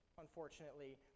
unfortunately